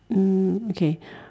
mm okay